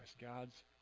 God's